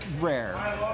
rare